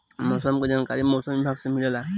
मौसम के जानकारी मौसम विभाग से मिलेला?